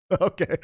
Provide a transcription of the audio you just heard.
Okay